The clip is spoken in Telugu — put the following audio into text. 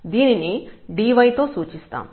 దీనిని dy తో సూచిస్తాము